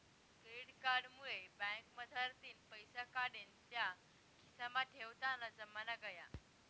credit card मुये बँकमझारतीन पैसा काढीन त्या खिसामा ठेवताना जमाना गया